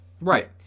right